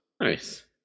Nice